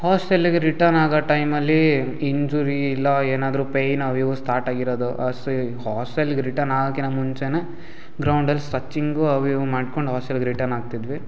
ಹಾಸ್ಟೆಲಿಗೆ return ಆಗ ಟೈಮಲ್ಲಿ injury ಇಲ್ಲ ಏನಾದರೂ ಪೇಯ್ನ್ ಅವು ಇವು ಸ್ಟಾರ್ಟ್ ಆಗಿರೋದು ಆ ಶ್ರೇ ಹಾಸ್ಟೆಲಿಗೆ ರಿಟರ್ನ್ ಆಗಕ್ಕಿನ ಮುಂಚೆಯೇ ಗ್ರೌಂಡಲ್ಲಿ ಸ್ಟ್ರಚಿಂಗು ಅವು ಇವು ಮಾಡ್ಕೊಂಡು ಹಾಸ್ಟೆಲಿಗೆ ರಿಟರ್ನ್ ಆಗ್ತಿದ್ವಿ